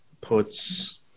puts